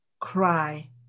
cry